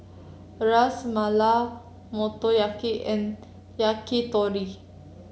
Ras Malai Motoyaki and Yakitori